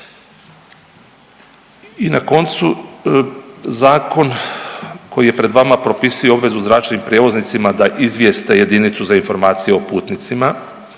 I na koncu zakon koji je pred vama propisuje obvezu zračnim prijevoznicima da izvijeste jedinicu za informacije o putnicima,